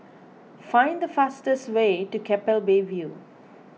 find the fastest way to Keppel Bay View